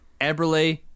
Eberle